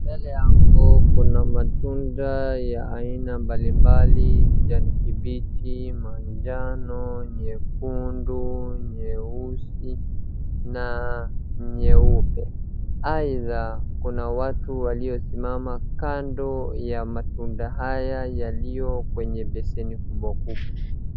Mbele yangu kuna matunda ya aina mbalimbali, kijani kibichi, manjano, nyekundu, nyeusi na nyeupe. Aidha kuna watu waliosimama kando ya matunda haya yaliyo kwenye beseni kubwakubwa.